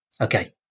Okay